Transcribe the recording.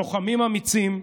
לוחמים אמיצים,